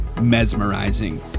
mesmerizing